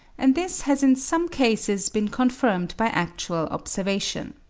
and this has in some cases been confirmed by actual observation.